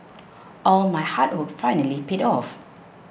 all my hard work finally paid off